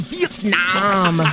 Vietnam